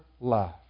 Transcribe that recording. love